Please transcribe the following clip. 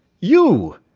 you!